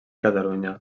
catalunya